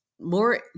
more